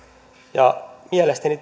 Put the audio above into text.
mielestäni